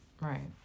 Right